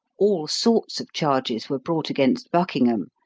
all sorts of charges were brought against buckingham,